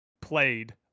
played